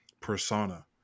persona